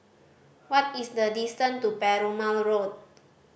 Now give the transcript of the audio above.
what is the distant to Perumal Road